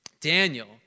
Daniel